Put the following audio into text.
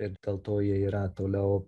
ir dėl to jie yra toliau